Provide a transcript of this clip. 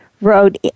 wrote